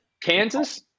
Kansas